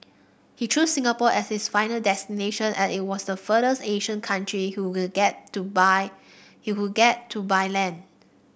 he chose Singapore as his final destination as it was the furthest Asian country get to by he could get to by land